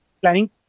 planning